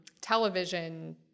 television